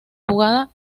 jugada